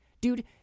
Dude